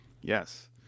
Yes